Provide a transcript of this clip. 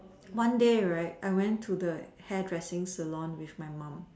one day right I went to the hairdressing salon with my mom